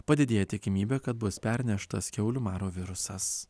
padidėja tikimybė kad bus perneštas kiaulių maro virusas